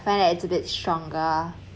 find that it's a bit stronger